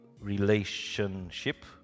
relationship